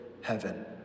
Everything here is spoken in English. heaven